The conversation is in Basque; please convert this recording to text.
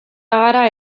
gara